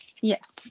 Yes